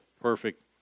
perfect